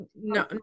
no